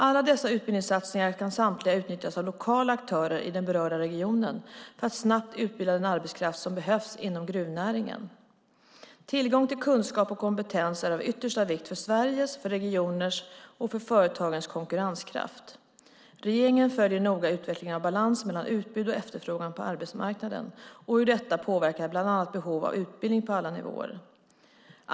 Alla dessa utbildningssatsningar kan samtliga utnyttjas av lokala aktörer i den berörda regionen för att snabbt utbilda den arbetskraft som behövs inom gruvnäringen. Tillgång till kunskap och kompetens är av yttersta vikt för Sveriges, för regioners och för företagens konkurrenskraft. Regeringen följer noga utvecklingen av balans mellan utbud och efterfrågan på arbetsmarknaden och hur detta påverkar bland annat behov av utbildning på alla nivåer.